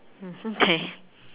okay